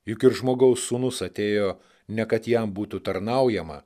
juk ir žmogaus sūnus atėjo ne kad jam būtų tarnaujama